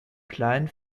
kleinen